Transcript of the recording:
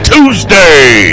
Tuesday